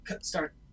start